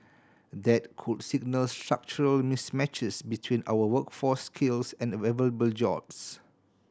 that could signal structural mismatches between our workforce skills and jobs